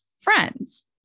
friends